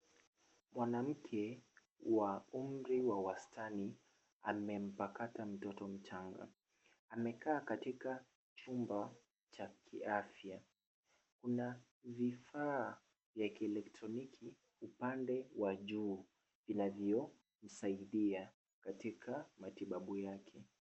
Mwanamke wa umri wa wastani amempakata mtoto mchanga. Amekaa katika chumba cha kiafya. Kuna vifaa vya kielektroniki upande wa juu vinavyomsaidia katika matibabu yake.